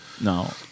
No